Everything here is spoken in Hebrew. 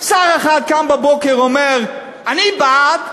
שר אחד קם בבוקר ואומר: אני בעד,